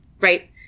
right